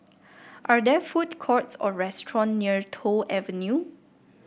are there food courts or restaurants near Toh Avenue